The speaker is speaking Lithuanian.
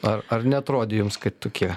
ar ar neatrodė jums kad tokie